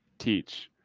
teach.